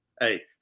Hey